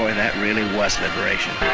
and that really was liberation.